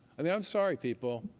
i mean, i'm sorry, people.